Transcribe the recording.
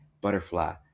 butterfly